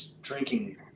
drinking